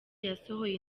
yasohoye